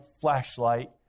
flashlight